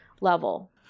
level